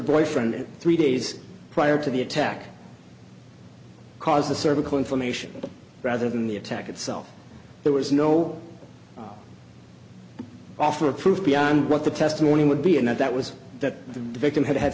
boyfriend three days prior to the attack causes cervical information rather than the attack itself there was no offer of proof beyond what the testimony would be and that was that the victim had had